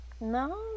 No